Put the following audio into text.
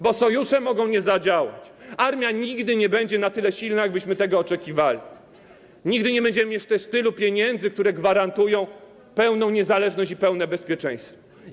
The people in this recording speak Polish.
Bo sojusze mogą nie zadziałać, armia nigdy nie będzie na tyle silna, jak byśmy tego oczekiwali, nigdy nie będziemy mieć też tylu pieniędzy, które gwarantują pełną niezależność i pełne bezpieczeństwo.